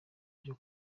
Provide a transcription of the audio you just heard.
byo